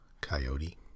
coyote